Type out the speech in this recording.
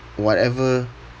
whatever